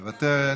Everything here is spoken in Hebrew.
מוותרת,